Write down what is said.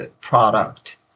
product